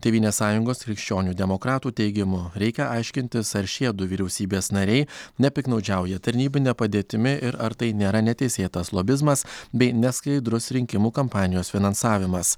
tėvynės sąjungos krikščionių demokratų teigimu reikia aiškintis ar šie du vyriausybės nariai nepiktnaudžiauja tarnybine padėtimi ir ar tai nėra neteisėtas lobizmas bei neskaidrus rinkimų kampanijos finansavimas